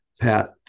Pat